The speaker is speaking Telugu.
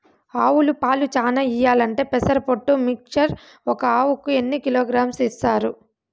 ఆవులు పాలు చానా ఇయ్యాలంటే పెసర పొట్టు మిక్చర్ ఒక ఆవుకు ఎన్ని కిలోగ్రామ్స్ ఇస్తారు?